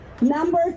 number